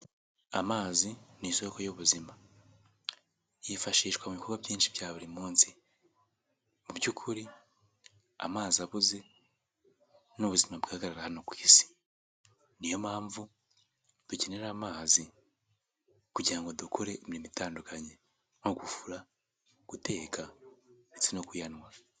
Amazi ni isoko y'ubuzima. Yifashishwa mu bikorwa byinshi bya buri munsi. Mu by'ukuri amazi abuze n'ubuzima bwahagaragara hano ku isi. Ni yo mpamvu dukenera amazi kugira ngo dukore imirimo itandukanye, nko gufura, guteka ndetse no kuyanywa.